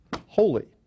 holy